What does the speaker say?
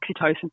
oxytocin